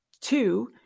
Two